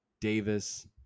Davis